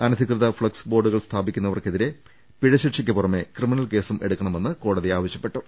അനധികൃത ഫ്ളക്സ് ബോർഡുകൾ സ്ഥാപിക്കുന്നവർക്കെതിരെ പിഴ ശിക്ഷക്കു പുറമെ ക്രിമിനൽ കേസും എടുക്കണമെന്ന് കോടതി പറഞ്ഞു